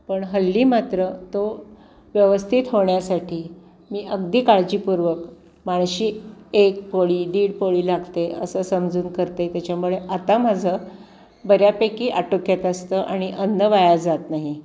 पण हल्ली मात्र तो व्यवस्थित होण्यासाठी मी अगदी काळजीपूर्वक माणशी एक पोळी दीड पोळी लागते असं समजून करते त्याच्यामुळे आता माझं बऱ्यापैकी आटोक्यात असतं आणि अन्न व्याया जात नाही